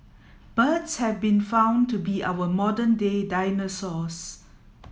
birds have been found to be our modern day dinosaurs